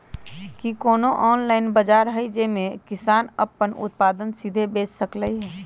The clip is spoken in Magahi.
कि कोनो ऑनलाइन बाजार हइ जे में किसान अपन उत्पादन सीधे बेच सकलई ह?